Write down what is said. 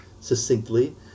succinctly